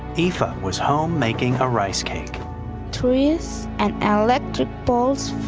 the fire was home making a rice cake to ease and our lead to falls.